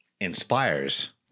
inspires